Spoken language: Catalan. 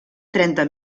trenta